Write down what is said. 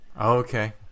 Okay